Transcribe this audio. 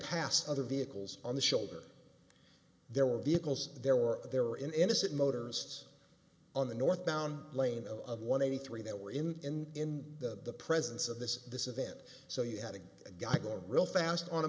passed other vehicles on the shoulder there were vehicles there were there were innocent motorists on the northbound lane of one eighty three that were in the presence of this this event so you had a guy go real fast on a